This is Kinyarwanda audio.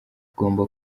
ugomba